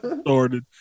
started